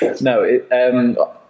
No